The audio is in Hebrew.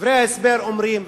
דברי ההסבר אומרים,